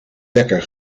wekker